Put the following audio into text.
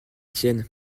tienne